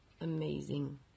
amazing